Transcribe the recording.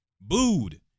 booed